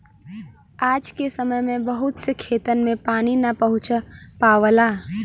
आज के समय में बहुत से खेतन में पानी ना पहुंच पावला